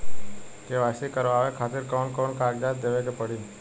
KYC करवावे खातिर कौन कौन कागजात देवे के पड़ी?